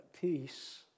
peace